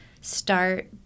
start